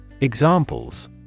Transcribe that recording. Examples